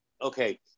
Okay